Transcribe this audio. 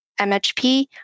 MHP